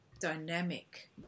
dynamic